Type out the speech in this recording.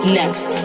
next